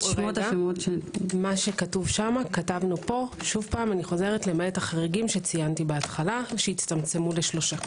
מה שכתוב שם כתבנו פה למעט החריגים שציינתי בהתחלה שהצטמצמו לשלושה.